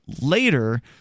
later